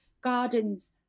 gardens